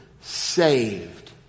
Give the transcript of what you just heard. Saved